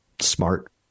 smart